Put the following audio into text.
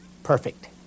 perfect